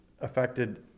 affected